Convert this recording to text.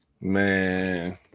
man